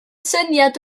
syniad